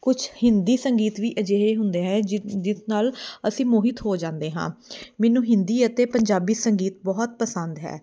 ਕੁਛ ਹਿੰਦੀ ਸੰਗੀਤ ਵੀ ਅਜਿਹੇ ਹੁੰਦੇ ਹੈ ਜਿਹਦੇ ਨਾਲ ਅਸੀਂ ਮੋਹਿਤ ਹੋ ਜਾਂਦੇ ਹਾਂ ਮੈਨੂੰ ਹਿੰਦੀ ਅਤੇ ਪੰਜਾਬੀ ਸੰਗੀਤ ਬਹੁਤ ਪਸੰਦ ਹੈ